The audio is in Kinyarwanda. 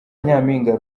nyampinga